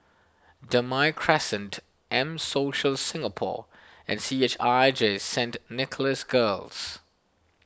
Damai Crescent M Social Singapore and C H I J Saint Nicholas Girls